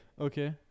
Okay